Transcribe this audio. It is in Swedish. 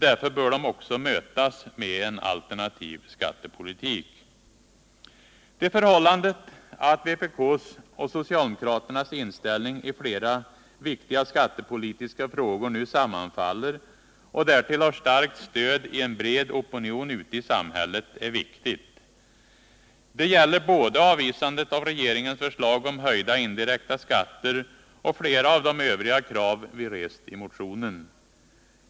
Därför bör de också mötas med en alternativ skattepolitik. Det förhållandet att vpk:s och socialdemokraternas inställning i flera viktiga skattepolitiska frågor nu sammanfaller och därtill har starkt stöd i en bred opinion ute i samhället är viktigt. Det gäller både avvisandet av regeringens förslag om höjda indirekta skatter och flera av de övriga krav vi rest i motionen.